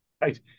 right